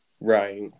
Right